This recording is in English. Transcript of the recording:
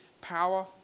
power